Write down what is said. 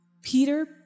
Peter